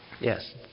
Yes